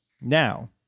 Now